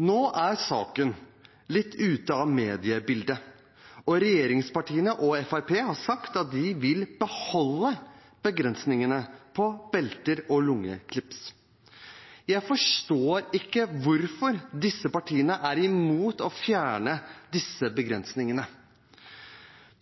Nå er saken litt ute av mediebildet, og regjeringspartiene og Fremskrittspartiet har sagt at de vil beholde begrensningene på belter og lukkeklips. Jeg forstår ikke hvorfor disse partiene er imot å fjerne disse begrensningene.